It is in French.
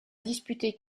disputer